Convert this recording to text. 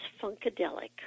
Funkadelic